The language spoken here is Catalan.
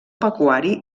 pecuari